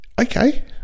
okay